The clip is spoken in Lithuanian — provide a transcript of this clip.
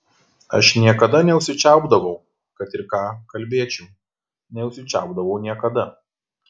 aš niekada neužsičiaupdavau kad ir ką kalbėčiau neužsičiaupdavau niekada